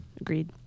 Agreed